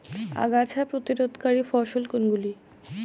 আগাছা প্রতিরোধকারী ফসল কোনগুলি?